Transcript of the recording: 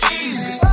easy